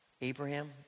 Abraham